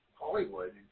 Hollywood